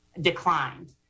declined